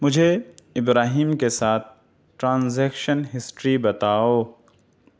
مجھے ابراہیم کے ساتھ ٹرانزیکشن ہسٹری بتاؤ